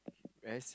where as